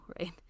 right